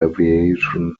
aviation